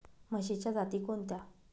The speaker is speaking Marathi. म्हशीच्या जाती कोणत्या?